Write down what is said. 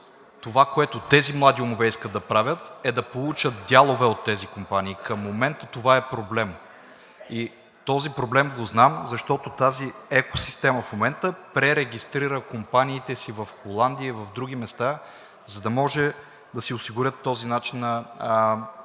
това, което тези млади умове искат да правят, е да получат дялове от тези компании. Към момента това е проблем и този проблем го знам, защото тази екосистема в момента пререгистрира компаниите си в Холандия и на други места, за да може да си осигурят този начин на опериране.